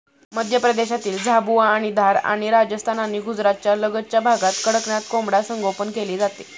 मध्य प्रदेशातील झाबुआ आणि धार आणि राजस्थान आणि गुजरातच्या लगतच्या भागात कडकनाथ कोंबडा संगोपन केले जाते